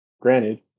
granted